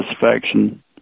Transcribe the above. satisfaction